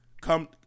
come